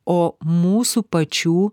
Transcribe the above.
o mūsų pačių